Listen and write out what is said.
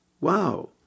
Wow